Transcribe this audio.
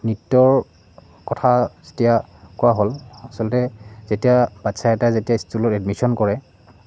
নৃত্যৰ কথা যেতিয়া কোৱা হ'ল আচলতে যেতিয়া বাচ্ছা এটা যেতিয়া স্কুলত এডমিশ্যন কৰে